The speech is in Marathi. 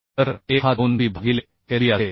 तर f हा 2P भागिले Lb असेल